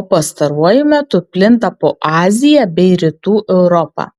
o pastaruoju metu plinta po aziją bei rytų europą